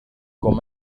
con